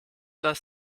das